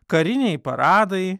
kariniai paradai